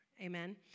Amen